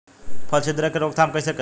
फली छिद्रक के रोकथाम कईसे करी?